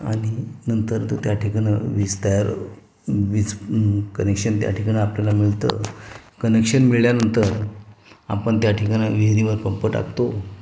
आणि नंतर तर त्या ठिकाणं वीज तयार वीज कनेक्शन त्या ठिकाणं आपल्याला मिळतं कनेक्शन मिळाल्यानंतर आपण त्या ठिकाणं विहिरीवर पंप टाकतो